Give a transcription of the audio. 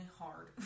hard